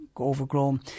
overgrown